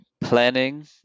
planning